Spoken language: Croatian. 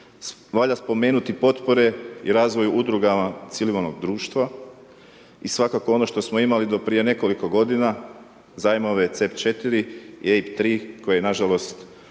Valja spomenuti potpore i razvoj udrugama civilnog društva i svakako ono što smo imali do prije nekoliko godina, zajmove .../Govornik se ne razumije./...